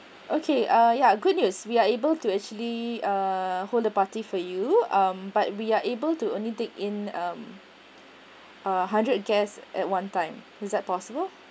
okay uh ya good news we are able to actually uh hold a party for you um but we are able to only take in uh a hundred guests at one time is that possible